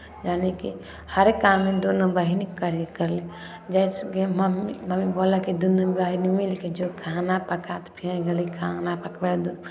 यानि कि हरेक काम दुनू बहीन मिलि कऽ कयली जइसे कि मम्मी मम्मी बोललकै दुनू बहीन मिलि कऽ जो खाना पका तऽ फेर गेली खाना पकबै लए दुनू